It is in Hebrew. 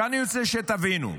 אני רוצה שתבינו.